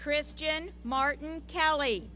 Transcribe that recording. christian martin kelly